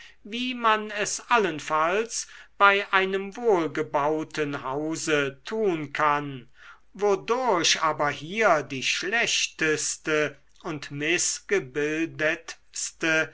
wie man es allenfalls bei einem wohlgebauten hause tun kann wodurch aber hier die schlechteste und